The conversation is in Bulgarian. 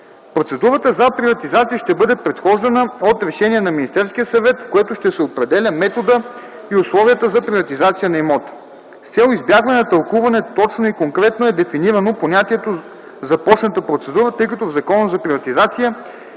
Процедурата за приватизация ще бъде предхождана от решение на Министерския съвет, с което ще се определя методът и условията за приватизация на имота. С цел на избягване на тълкуване, точно и конкретно е дефинирано понятието „започната процедура”, тъй като в Закона за приватизация